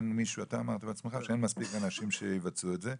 אתה אמרת בעצמך שאין מספיק אנשים שיבצעו את זה,